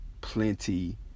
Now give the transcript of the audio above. plenty